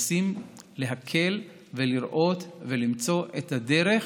להקל, לראות ולמצוא את הדרך,